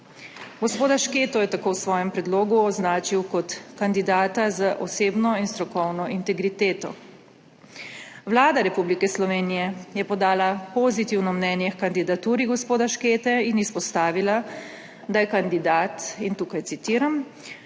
Gospoda Šketo je tako v svojem predlogu označil kot kandidata z osebno in strokovno integriteto. Vlada Republike Slovenije je podala pozitivno mnenje h kandidaturi gospoda Škete in izpostavila, da je kandidat, in tukaj citiram,